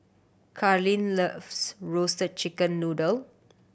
Charline loves Roasted Chicken Noodle